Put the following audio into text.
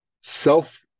self